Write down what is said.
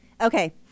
Okay